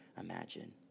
imagine